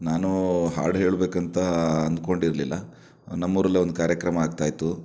ನಾನು ಹಾಡು ಹೇಳಬೇಕಂತ ಅಂದುಕೊಂಡಿರಲಿಲ್ಲ ನಮ್ಮ ಊರಲ್ಲೇ ಒಂದು ಕಾರ್ಯಕ್ರಮ ಆಗ್ತಾ ಇತ್ತು